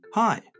Hi